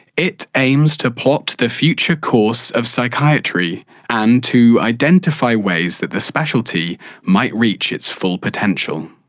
it aims to plot the future course of psychiatry and to identify ways that the speciality might reach its full potential.